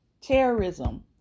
terrorism